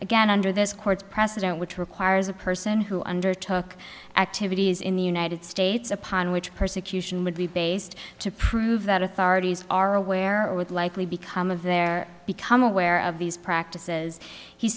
again under this court's precedent which requires a person who undertook activities in the united states upon which persecution would be based to prove that authorities are aware or would likely become of their become aware of these practices he